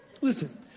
Listen